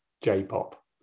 J-pop